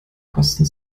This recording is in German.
kosten